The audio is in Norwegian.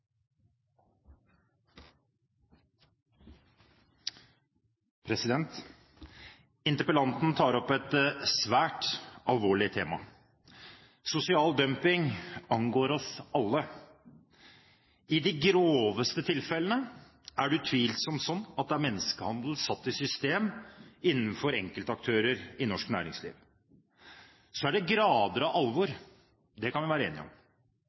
på! Interpellanten tar opp et svært alvorlig tema. Sosial dumping angår oss alle. I de groveste tilfellene er det utvilsomt slik at det er menneskehandel satt i system innenfor enkeltaktører i norsk næringsliv. Så er det grader av alvor – det kan vi være enige om.